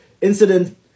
incident